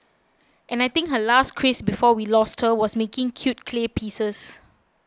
and I think her last craze before we lost her was making cute clay pieces